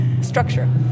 structure